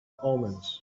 omens